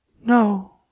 no